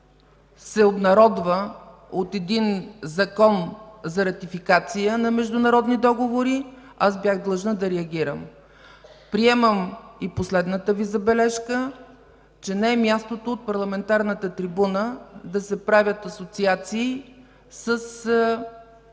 се обнародва от един закон за ратификация на международни договори. Приемам и последната Ви забележка, че не е мястото от парламентарната трибуна да се правят асоциации с